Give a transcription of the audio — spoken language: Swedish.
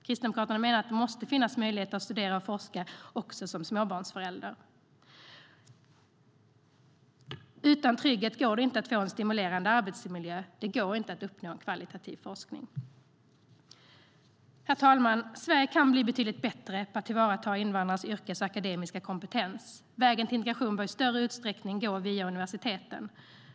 Kristdemokraterna menar att det måste finnas möjligheter att studera och forska också som småbarnsförälder. Utan trygghet går det inte att få en stimulerande arbetsmiljö och uppnå kvalitativ forskning. Herr talman! Sverige kan bli betydligt bättre på att tillvarata invandrares yrkeskompetens och akademiska kompetens. Vägen till integration bör i större utsträckning gå via universiteten.